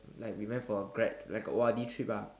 like we went for a grad like a O_R_D trip ah